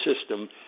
system